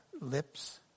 lips